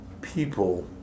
people